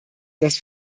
dass